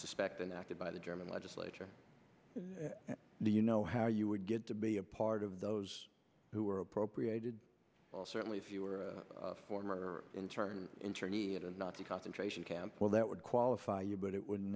suspect and acted by the german legislature do you know how you would get to be a part of those who were appropriated certainly if you were former or interned internee at a nazi concentration camp well that would qualify you but it wouldn't